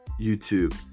YouTube